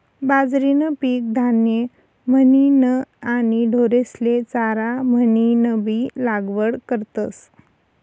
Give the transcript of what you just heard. बाजरीनं पीक धान्य म्हनीन आणि ढोरेस्ले चारा म्हनीनबी लागवड करतस